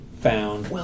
found